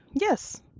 Yes